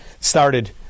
started